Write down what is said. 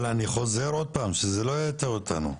אבל אני חוזר, שזה לא יטעה אותנו: